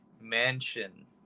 mansion